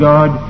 God